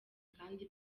kandi